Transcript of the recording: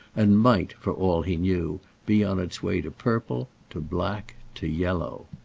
and might, for all he knew, be on its way to purple, to black, to yellow.